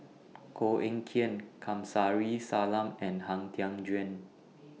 Koh Eng Kian Kamsari Salam and Han Tan Juan